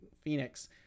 Phoenix